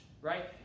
right